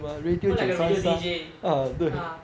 我们 like a radio D_J ah so 我们 earning money to talking right